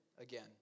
again